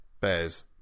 Bears